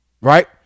Right